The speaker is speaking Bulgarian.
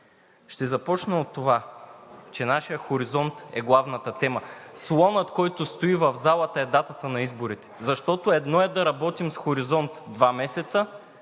Ще започна с това, че нашият хоризонт е главната тема. Слонът, който стои в залата, е датата на изборите. Защото едно е да работим с хоризонт два месеца,